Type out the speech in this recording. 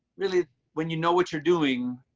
really when you know what you're doing.